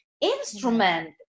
instrument